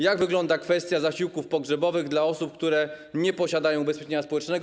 Jak wygląda kwestia zasiłków pogrzebowych dla osób, które nie posiadają ubezpieczenia społecznego?